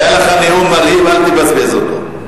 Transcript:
היה לך נאום מרהיב, אל תבזבז אותו.